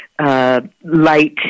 Light